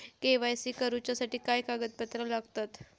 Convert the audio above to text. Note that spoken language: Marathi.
के.वाय.सी करूच्यासाठी काय कागदपत्रा लागतत?